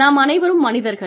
நாம் அனைவரும் மனிதர்கள்